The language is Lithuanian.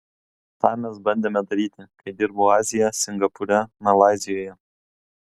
tą mes bandėme daryti kai dirbau azijoje singapūre malaizijoje